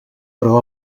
però